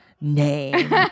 name